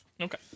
Okay